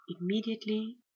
immediately